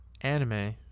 Anime